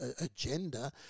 agenda